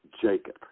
Jacob